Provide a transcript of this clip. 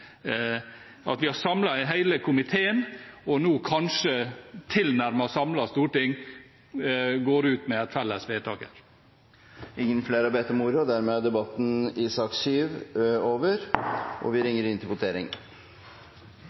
at vi har samlet hele komiteen, og at det nå kanskje er et tilnærmet samlet storting som går ut med et felles vedtak. Flere har ikke bedt om ordet til sak nr. 7. Da er Stortinget klar til å gå til votering.